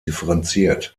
differenziert